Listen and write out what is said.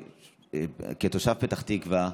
כתושב פתח תקווה,